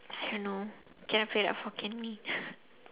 I don't know get a plate of hokkien mee